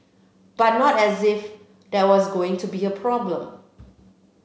but not as if there was going to be a problem